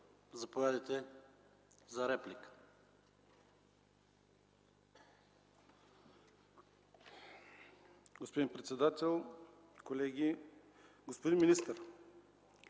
заповядайте за реплика.